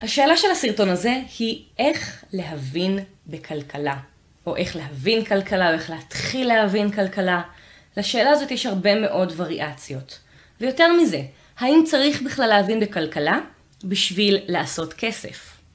השאלה של הסרטון הזה היא איך להבין בכלכלה. או איך להבין כלכלה, או איך להתחיל להבין כלכלה. לשאלה הזאת יש הרבה מאוד וריאציות. ויותר מזה, האם צריך בכלל להבין בכלכלה בשביל לעשות כסף.